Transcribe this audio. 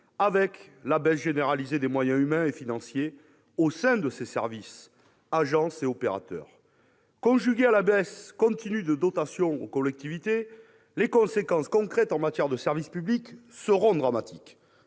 avec la baisse généralisée des moyens, humains et financiers, au sein de ses services, agences et opérateurs. Conjuguée à la baisse continue des dotations aux collectivités, les conséquences concrètes en matière de service public seront dramatiques.